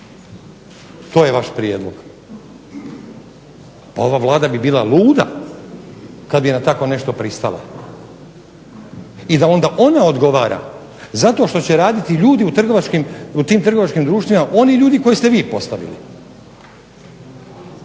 Koji je vaš prijedlog? Ova vlada bi bila luda kada bi na tako nešto pristala. Pa da onda ona odgovara zato što će raditi oni ljudi u tim trgovačkim društvima koje ste vi postavili.